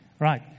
right